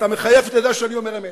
אתה מחייך, כי אתה יודע שאני אומר אמת.